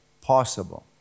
possible